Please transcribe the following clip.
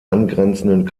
angrenzenden